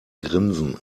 grinsen